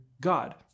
God